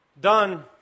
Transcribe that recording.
done